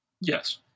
Yes